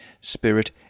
spirit